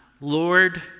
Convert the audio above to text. Lord